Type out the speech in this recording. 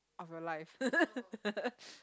of your life